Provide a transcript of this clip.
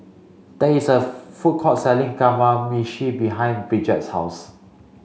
there is a food court selling Kamameshi behind Bridgette's house